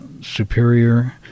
superior